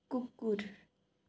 कुकुर